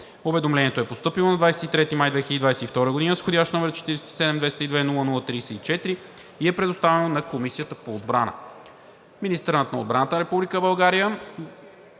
Уведомлението е постъпило на 23 май 2022 г. с входящ № 47-202-00-34 и е предоставено на Комисията по отбрана.